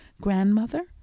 Grandmother